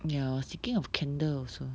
ya I was thinking of candle also